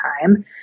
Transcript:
time